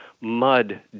mud